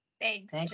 Thanks